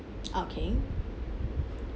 okay